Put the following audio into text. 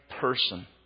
person